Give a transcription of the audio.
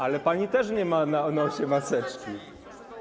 Ale pani też nie ma na nosie maseczki.